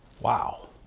Wow